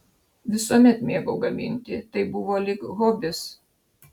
visuomet mėgau gaminti tai buvo lyg hobis